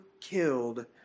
killed